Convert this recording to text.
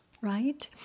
right